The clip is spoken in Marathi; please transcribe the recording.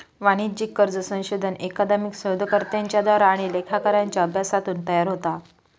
वाणिज्यिक कर्ज संशोधन अकादमिक शोधकर्त्यांच्या द्वारा आणि लेखाकारांच्या अभ्यासातून तयार होता